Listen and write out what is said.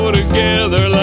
together